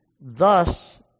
Thus